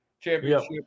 championship